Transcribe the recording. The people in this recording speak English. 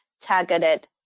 targeted